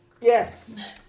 Yes